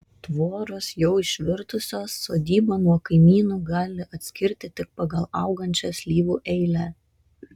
tvoros jau išvirtusios sodybą nuo kaimynų gali atskirti tik pagal augančią slyvų eilę